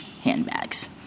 handbags